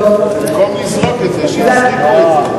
במקום לזרוק, שיזריקו את זה.